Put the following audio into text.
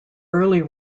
early